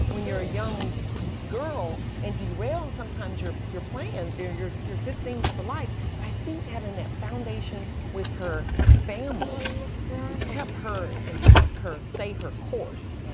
when you're a young girl. and derail sometimes your your plans or your your good things for life. but i think having that foundation with her family kept her and helped her stay her course.